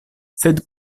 sed